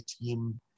team